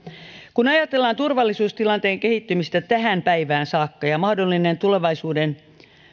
kun ajatellaan turvallisuustilanteen kehittymistä tähän päivään saakka ja mahdollisia tulevaisuuden